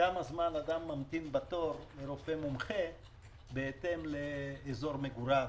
כמה זמן אדם ממתין בתור לרופא מומחה בהתאם לאזור מגוריו.